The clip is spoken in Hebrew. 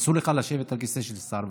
אסור לך לשבת בכיסא של שר,